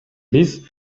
биз